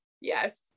Yes